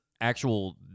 actual